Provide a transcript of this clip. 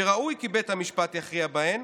שראוי כי בית המשפט יכריע בהן,